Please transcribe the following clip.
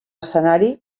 escenari